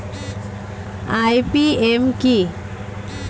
IPM কি?